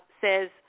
says